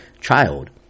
child